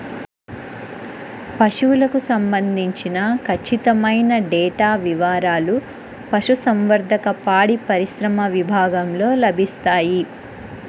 పశువులకు సంబంధించిన ఖచ్చితమైన డేటా వివారాలు పశుసంవర్ధక, పాడిపరిశ్రమ విభాగంలో లభిస్తాయి